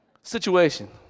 Situation